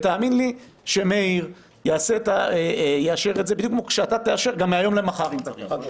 תאמין לי שמאיר יאשר את זה בדיוק כמו שאתה תאשר גם מהיום למחר אם צריך.